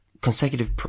consecutive